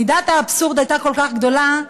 מידת האבסורד הייתה כל כך גדולה,